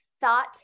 thought